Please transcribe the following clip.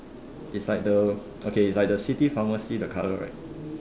is like the okay it's like the city pharmacy the colour right